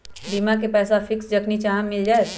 बीमा के पैसा फिक्स जखनि चाहम मिल जाएत?